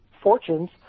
fortunes